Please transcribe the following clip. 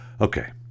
Okay